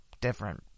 different